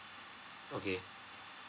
okay